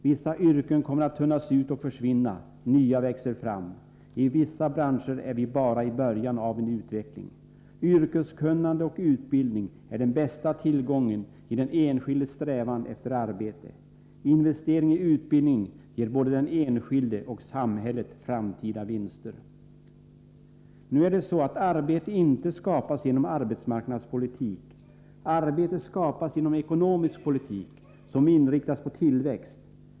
Vissa yrken kommer att tunnas ut och försvinna, nya att växa fram. I en del branscher är vi bara i början av en utveckling. Yrkeskunnande och utbildning är den bästa tillgången i den enskildes strävan efter arbete. Investering i utbildning ger både den enskilde och samhället framtida vinster. Arbete skapas inte genom arbetsmarknadspolitik. Arbete skapas genom en ekonomisk politik som inriktas på tillväxt.